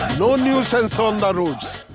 no nuisance on the road.